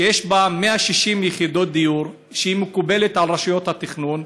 שיש בה 160 יחידות דיור והיא מקובלת על רשויות התכנון,